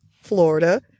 Florida